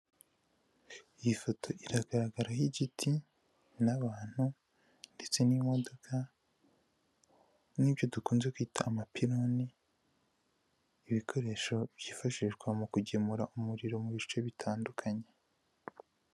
Iyi foto iragaragaraho igiti n'abantu ndetse n'imodoka n'ibyo dukunze kwita amapironi, ibikoresho byifashishwa mu kugemura umuriro mu bice bitandukanye.